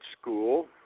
school